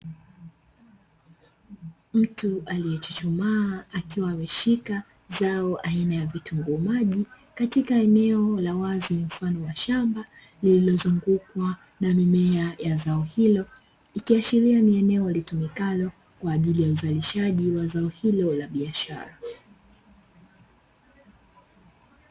Mtu aliyechuchumaa akiwa ameshika zao aina ya vitunguu maji katika eneo la wazi mfano wa shamba lililozungukwa na mimea ya zao hilo, ikiashiria ni eneo litumikalo kwa ajili ya uzalishaji wa zao hilo la biashara.